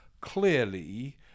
clearly